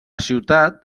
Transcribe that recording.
ciutat